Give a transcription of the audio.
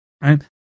right